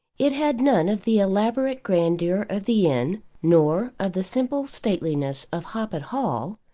it had none of the elaborate grandeur of the inn nor of the simple stateliness of hoppet hall,